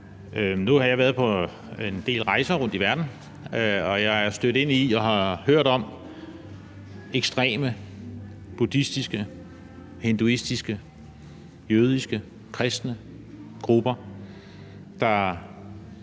Nu har jeg været på en del rejser rundt i verden, og jeg er stødt ind i og har hørt om ekstreme buddhistiske, hinduistiske, jødiske og kristne grupper, der